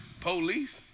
police